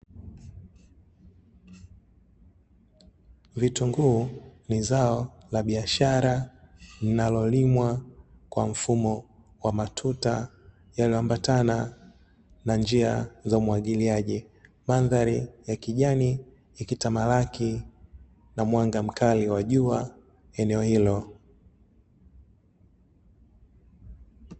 Vitunguu ni zao la biashara linalolimwa kwa mfumo wa matuta, yanayoambatana na njia za umwagiliaji, mandhari ya kijani ikitamalaki na mwanga mkali wa jua eneo hilo.